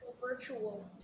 Virtual